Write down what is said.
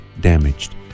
damaged